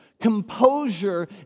composure